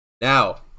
Now